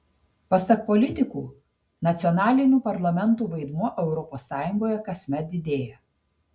pasak politikų nacionalinių parlamentų vaidmuo europos sąjungoje kasmet didėja